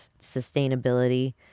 sustainability